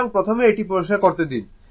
সুতরাং প্রথমে এটি পরিষ্কার করতে দিন